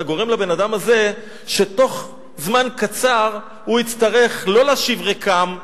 אתה גורם לבן-אדם הזה שבתוך זמן קצר הוא יצטרך לא להשיב ריקם,